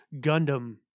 gundam